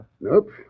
Nope